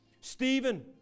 Stephen